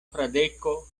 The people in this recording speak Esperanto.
fradeko